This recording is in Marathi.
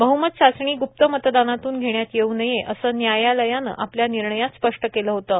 बहुमत चाचणी गुप्त मतदानातून घेण्यात येवू नये असं व्यायालयानं आपल्या विर्णयात स्पष्ट केलं होतं